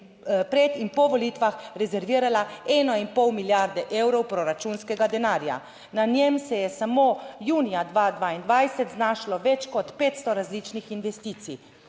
pred in po volitvah rezervirala eno in pol milijarde evrov proračunskega denarja. Na njem se je samo junija 2022 znašlo več kot 500 različnih investicij.